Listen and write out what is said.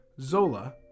Zola